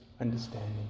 understanding